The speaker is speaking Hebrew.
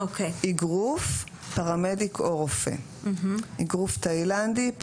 א' ב' ג' ד' הענף או תת פעילות בענף מגיש עזרה ראשונה